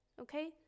okay